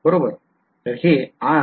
बरोबर